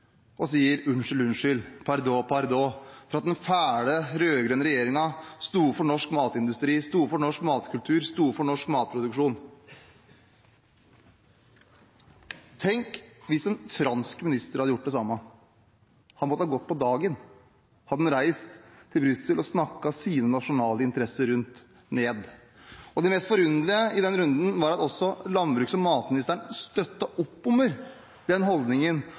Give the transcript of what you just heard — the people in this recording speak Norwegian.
og sier «unnskyld, unnskyld – pardon, pardon» for at den fæle rød-grønne regjeringen sto opp for norsk matindustri, sto opp for norsk matkultur, sto opp for norsk matproduksjon. Tenk hvis en fransk minister hadde gjort det samme. Han måtte ha gått på dagen, hadde han reist til Brussel og snakket sine nasjonale interesser ned. Det mest forunderlige i den runden var at også landbruks- og matministeren støttet opp under den holdningen